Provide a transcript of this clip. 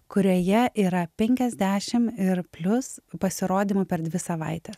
kurioje yra penkiasdešim ir plius pasirodymų per dvi savaites